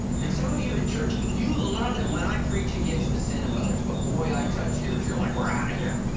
and some of you at church, you love that when i preach against the sin of others but boy i touch yours you're like, we're out of here.